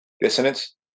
Dissonance